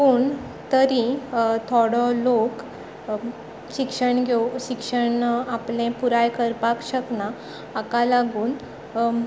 पूण तरी थोडो लोक शिक्षण घेव शिक्षण आपलें पुराय करपाक शकना हाका लागून